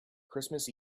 christmas